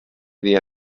dia